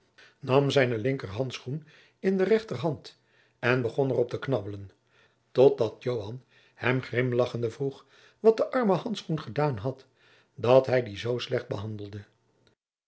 nam zijne slinker handschoen in de rechterhand en begon er op te knabbelen totdat joan hem grimlagchende vroeg wat de arme handschoen gedaan had dat hij die zoo slecht behandelde